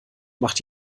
macht